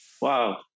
Wow